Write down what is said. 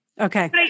Okay